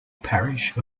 parish